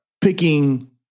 picking